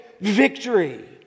victory